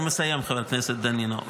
אני מסיים, חבר הכנסת דנינו.